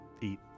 eat